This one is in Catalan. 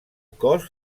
cos